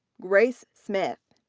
grace smith.